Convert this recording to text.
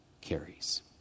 carries